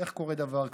קורה דבר כזה.